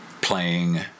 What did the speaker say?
playing